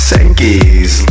Sankey's